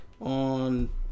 on